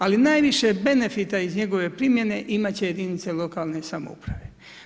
Ali najviše benefita iz njegove primjene imat će jedinice lokalne samouprave.